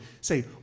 say